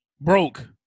broke